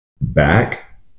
back